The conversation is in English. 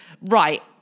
Right